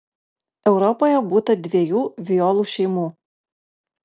europoje būta dviejų violų šeimų